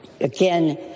again